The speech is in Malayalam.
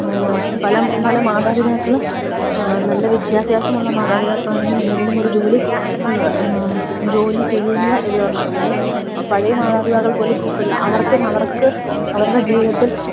പല മാതാപിതാക്കളും നല്ല വിദ്യാഭ്യാസമുള്ള മാതാപിതാക്കളാണെങ്കിൽ എന്തെങ്കിലും ഒരു ജോലി ജോലി ചെയ്യുന്ന ഇത് കാരണമാ പിന്നെ പഴയ മാതാപിതാക്കൾ പോലും ഇപ്പോള് അവർക്ക് അവരുടെ ജീവിതത്തിൽ